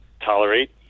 tolerate